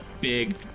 big